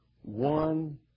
one